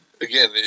again